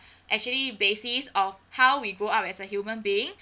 actually basis of how we grow up as a human being